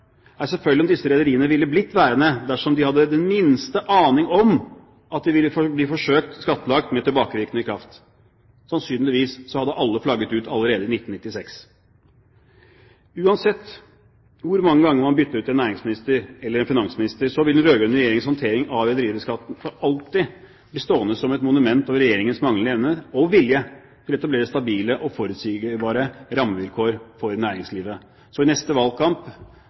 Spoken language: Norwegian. er selvfølgelig om disse rederiene ville blitt værende dersom de hadde hatt den minste aning om at de ville bli forsøkt skattlagt med tilbakevirkende kraft. Sannsynligvis hadde alle flagget ut allerede i 1996. Uansett hvor mange ganger man bytter ut en næringsminister, eller en finansminister, vil den rød-grønne regjeringens håndtering av rederibeskatningen for alltid bli stående som et monument over Regjeringens manglende evne og vilje til å etablere stabile og forutsigbare rammevilkår for næringslivet. Så i neste valgkamp,